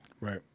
Right